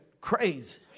Crazy